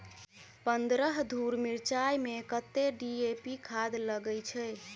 पन्द्रह धूर मिर्चाई मे कत्ते डी.ए.पी खाद लगय छै?